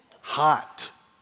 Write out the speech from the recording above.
Hot